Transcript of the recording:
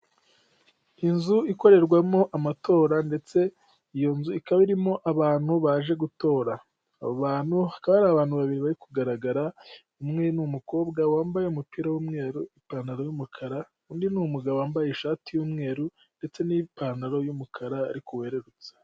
Inzu ikorerwamo amatora ndetse iyo nzu ikaba irimo abantu baje gutora. Abo bantu hakaba hari abantu babiri bari kugaragara, umwe ni umukobwa wambaye umupira w'umweru, ipantaro y'umukara, undi ni umugabo wambaye ishati y'umweru ndetse n'ipantaro y'umukara ariko werurutse.